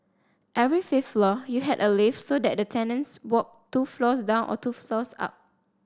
every fifth floor you had a lift so that the tenants walked two floors down or two floors up